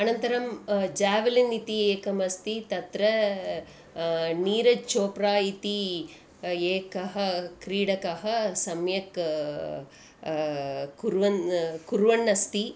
अनन्तरं जावलिन् इति एकम् अस्ति तत्र नीरज् छोप्रा इति एकः क्रीडकः सम्यक् कुर्वन् कुर्वन्नस्ति